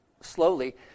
slowly